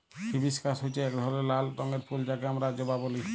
hibiscus হচ্যে এক রকমের লাল রঙের ফুল যাকে হামরা জবা ব্যলি